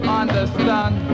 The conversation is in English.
understand